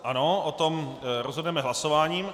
O tom rozhodneme hlasováním.